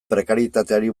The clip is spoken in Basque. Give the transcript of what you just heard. prekarietateari